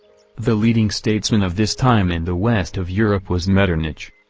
the leading statesman of this time in the west of europe was metternich.